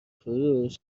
فروش